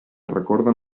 recorden